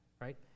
right